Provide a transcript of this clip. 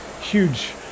huge